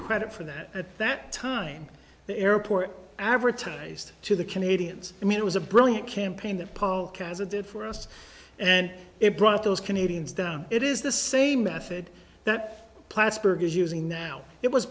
credit for that at that time the airport advertised to the canadians i mean it was a brilliant campaign that polkas it did for us and it brought those canadians down it is the same method that plattsburgh is using now it was